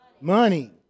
Money